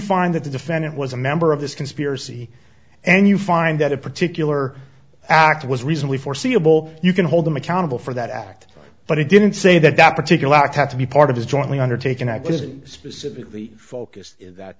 find that the defendant was a member of this conspiracy and you find that a particular act was recently foreseeable you can hold them accountable for that act but i didn't say that that particular act had to be part of this jointly undertaken i wasn't specifically focused in that